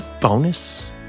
bonus